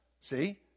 See